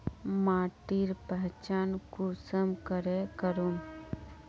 माटिर पहचान कुंसम करे करूम?